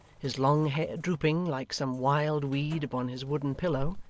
his long hair drooping like some wild weed upon his wooden pillow,